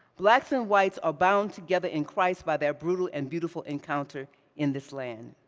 blacks and whites are bound together in christ by their brutal and beautiful encounter in this land.